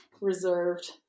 reserved